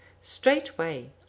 straightway